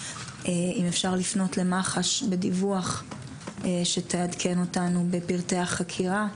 אם אפשר לפנות למח"ש בדיווח שתעדכן אותנו בפרטי החקירה,